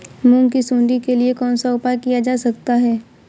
मूंग की सुंडी के लिए कौन सा उपाय किया जा सकता है?